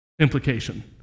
Implication